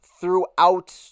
throughout